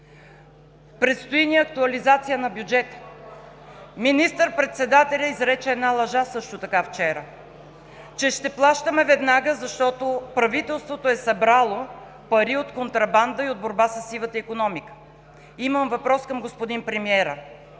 Предстои ни актуализация на бюджета. Министър-председателят изрече една лъжа също така вчера, че ще плащаме веднага, защото правителството е събрало пари от контрабанда и от борба със сивата икономика. Имам въпрос към господин премиера: